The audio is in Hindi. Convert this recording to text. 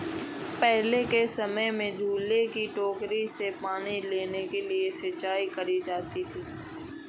पहले के समय में झूले की टोकरी से पानी लेके सिंचाई करी जाती थी